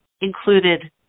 included